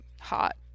hot